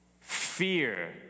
fear